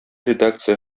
редакция